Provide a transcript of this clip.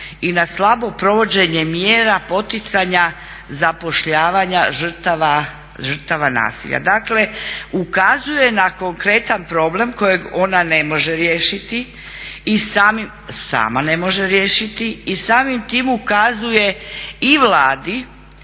i na slabo provođenje mjera poticanja zapošljavanja žrtava nasilja. Dakle ukazuje na konkretan problem kojeg ona ne može riješiti, sama ne može riješiti